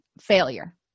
failure